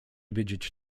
wiedzieć